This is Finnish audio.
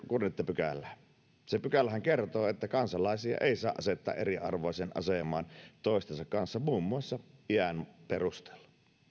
kuudetta pykälää se pykälähän kertoo että kansalaisia ei saa asettaa eriarvoiseen asemaan toistensa kanssa muun muassa iän perusteella